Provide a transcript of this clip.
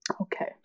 Okay